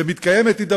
זה דבר